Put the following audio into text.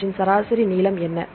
அவற்றின் சராசரி நீளம் என்ன